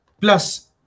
plus